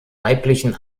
weiblichen